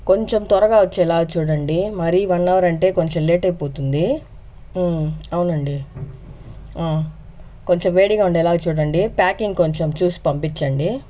కొంచెం త్వరగా వచ్చేలా చూడండి మరీ వన్ అవర్ అంటే కొంచెం లేట్ అయిపోతుంది అవునండి కొంచెం వేడిగా ఉండేలాగా చూడండి ప్యాకింగ్ కొంచెం చూసి పంపించండి